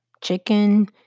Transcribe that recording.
chicken